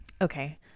Okay